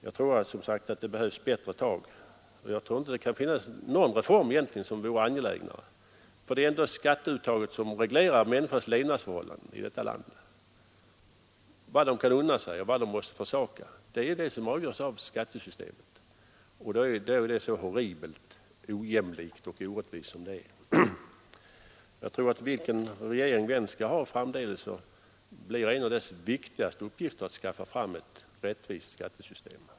Jag menar som sagt att det behövs bättre tag och att det nog inte finns någon reform som är mer angelägen. Det är dock skatteuttaget som reglerar människornas levnadsförhållanden i detta land. Vad de kan unna sig och vad de måste försaka avgörs av skattesystemet, och det är nu så horribelt ojämlikt och orättvist. Jag anser att vilken regering vi än kommer att ha framdeles, så blir en av dess viktigaste uppgifter att skaffa fram ett rättvist skattesystem.